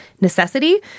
necessity